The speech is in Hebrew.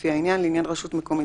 לפי העניין: לעניין רשות מקומית,